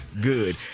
good